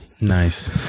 Nice